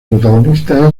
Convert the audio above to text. protagonista